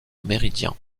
méridien